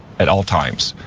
at all times,